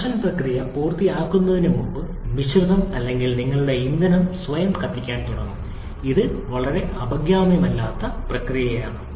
compression പ്രക്രിയ പൂർത്തിയാകുന്നതിന് മുമ്പ് മിശ്രിതം അല്ലെങ്കിൽ നിങ്ങളുടെ ഇന്ധനം സ്വയം കത്തിക്കാൻ തുടങ്ങും ഇത് വളരെ അഭികാമ്യമല്ലാത്ത പ്രക്രിയയാണ്